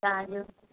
तव्हांजो